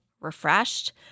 refreshed